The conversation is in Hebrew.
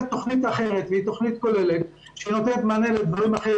תכנית אחרת שהיא תכנית כוללת שנותנת מענה לדברים אחרים,